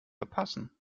verpassen